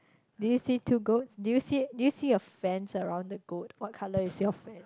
did you see two goats did you see did you see a fence around the goat what colour is your fence